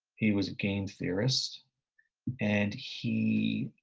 he was a game theorist and he,